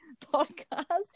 podcast